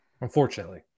unfortunately